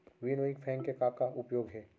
Winnowing fan के का का उपयोग हे?